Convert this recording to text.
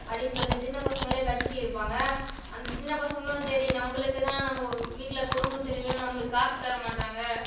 அப்படின்னு சொல்லிட்டு சின்னப் பசங்களே கட்சிக்கு இழுப்பாங்க அந்த சின்னப் பசங்களும் சரி நம்பளுக்கு தான் நம்ப வீட்டில குடும்பத்துலையும் நம்பளுக்கு காசு தர மாட்டுறாங்க